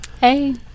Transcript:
Hey